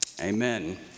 amen